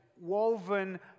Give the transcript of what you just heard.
woven